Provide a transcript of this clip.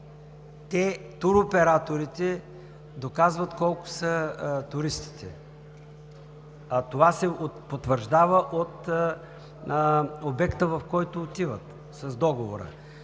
Тоест туроператорите доказват колко са туристите, а това се потвърждава от обекта, в който отиват с договора.